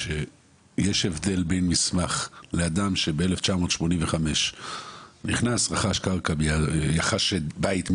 שיש הבדל בין מסמך לאדם שב-1985 רכש בית מיזם,